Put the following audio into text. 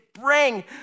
bring